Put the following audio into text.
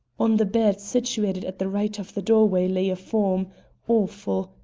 on the bed situated at the right of the doorway lay a form awful,